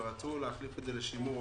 ורצו להחליף את זה לשימור עובדים.